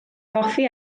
hoffi